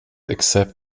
except